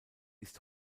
ist